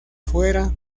fuera